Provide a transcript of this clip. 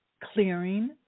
clearing